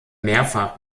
mehrfach